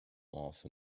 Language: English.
off